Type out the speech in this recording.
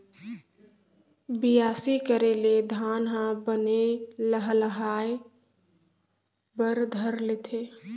बियासी करे ले धान ह बने लहलहाये बर धर लेथे